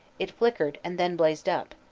it flickered and then blazed up.